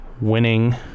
winning